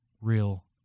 real